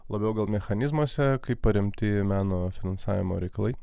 labiau gal mechanizmuose kaip paremti meno finansavimo reikalai